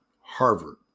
Harvard